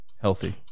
Healthy